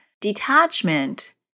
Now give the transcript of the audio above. detachment